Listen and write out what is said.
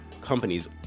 companies